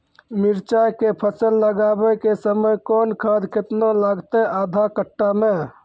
मिरचाय के फसल लगाबै के समय कौन खाद केतना लागतै आधा कट्ठा मे?